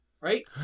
right